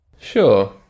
Sure